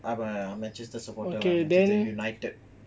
I'm a manchester supporter lah manchester united